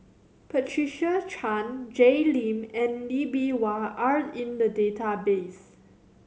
Patricia Chan Jay Lim and Lee Bee Wah are in the database